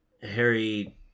Harry